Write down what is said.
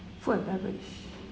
food and beverage